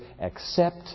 Accept